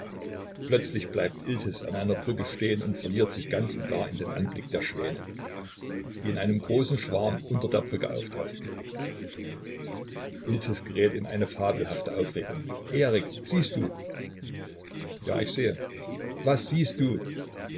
plötzlich bleibt iltis an einer brücke stehen und verliert sich ganz und gar in den anblick der schwäne die in einem großen schwarm unter der brücke auftauchen iltis gerät in eine fabelhafte aufregung erik siehst du ja ich sehe was siehst du